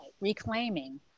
reclaiming